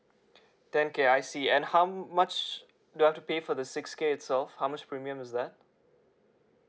thank you I see and how much do I have to pay for the six K itself how much premium is that